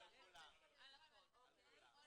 זאת